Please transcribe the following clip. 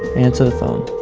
answer the phone.